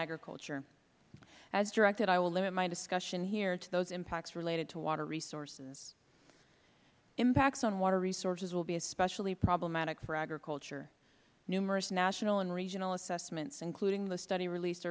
agriculture as directed i will limit my discussion here to those impacts related to water resources impacts on water resources will be especially problematic for agriculture numerous national and regional assessments including the study release